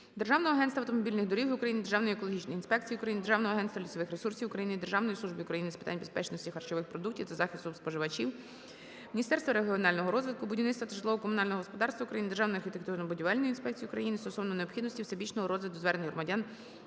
Державного агентства автомобільних доріг України, Державної екологічної інспекції України, Державного агентства лісових ресурсів України, Державної служби України з питань безпечності харчових продуктів та захисту споживачів, Міністерства регіонального розвитку, будівництва та житлово-комунального господарства України, Державної архітектурно-будівельної інспекції України стосовно необхідності всебічного розгляду звернень громадян